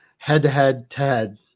head-to-head-to-head